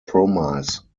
promise